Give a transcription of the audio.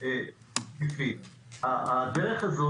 הדרך הזאת,